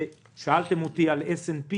שאלתם אותי על SNP